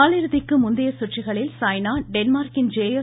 காலிறுதிக்கு முந்தைய கற்றுக்களில் சாய்னா டென்மார்க்கின் ஜேயர்ஸ்